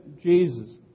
Jesus